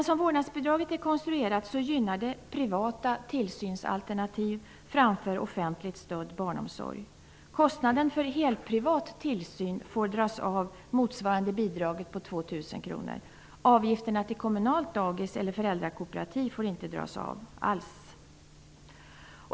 Som vårdnadsbidraget är konstruerat gynnar det privata tillsynsalternativ framför offentligt stödd barnomsorg. Kostnaden för helprivat tillsyn får dras av motsvarande bidraget på 2 000 kr. Avgifterna till kommunalt dagis eller föräldrakooperativ får inte dras av alls.